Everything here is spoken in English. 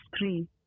three